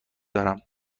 دارم